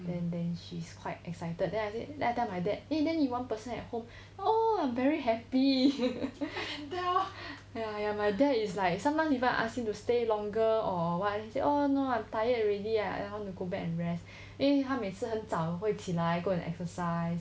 then then she's quite excited then I say then I tell my dad then you one person at home oh I'm very happy ya ya my dad is like sometimes you want to ask him to stay longer or what he say oh no I'm tired already lah I want to go back and rest 因为他每次很早会起来 go and exercise